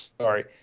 sorry